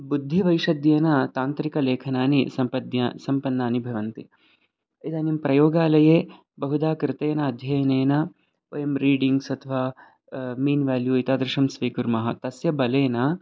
बुद्धिवैषद्येन तान्त्रिकलेखनानि सम्पद्य सम्पन्नानि भवन्ति इदानीं प्रयोगालये बहुधा कृतेन अध्ययनेन वयं रीडिङ्ग्स् अथवा मीन् वाल्यू एतादृशं स्वीकुर्मः तस्य बलेन